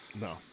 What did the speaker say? No